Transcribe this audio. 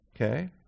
Okay